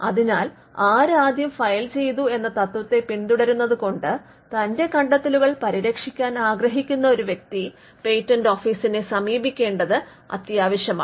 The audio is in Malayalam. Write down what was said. അതിനാൽ ആര് ആദ്യം ഫയൽ ചെയ്തു എന്ന തത്ത്വത്തെ പിന്തുടരുന്നത് കൊണ്ട് തന്റെ കണ്ടെത്തലുകൾ പരിരക്ഷിക്കാൻ ആഗ്രഹിക്കുന്ന ഒരു വ്യക്തി പേറ്റന്റ് ഓഫീസിനെ സമീപിക്കേണ്ടത് അത്യാവശ്യമാണ്